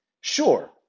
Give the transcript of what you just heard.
Sure